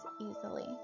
easily